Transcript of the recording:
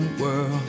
world